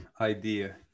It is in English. idea